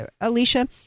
Alicia